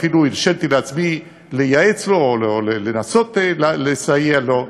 אפילו הרשיתי לעצמי לייעץ לו או לנסות לסייע לו,